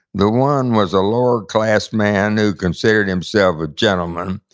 the one was a lower-class man who considered himself a gentleman,